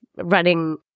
running